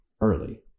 early